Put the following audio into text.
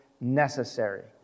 necessary